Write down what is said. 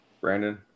Brandon